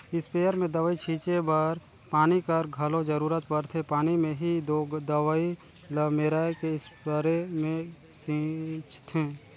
sprayer में दवई छींचे बर पानी कर घलो जरूरत परथे पानी में ही दो दवई ल मेराए के इस्परे मे छींचथें